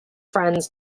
friends